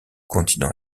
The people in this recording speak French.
continent